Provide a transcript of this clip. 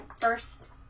first